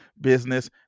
business